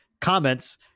comments